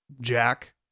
Jack